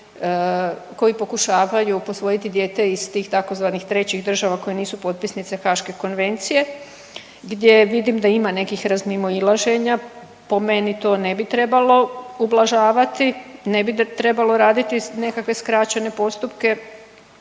koji pokušavaju posvojiti dijete iz tih tzv. trećih država koje nisu potpisnice Haaške konvencije gdje vidim da ima nekih razmimoilaženja. Po meni to ne bi trebalo ublažavati, ne bi trebalo raditi nekakve skraćene postupke,